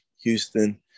Houston